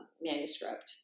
manuscript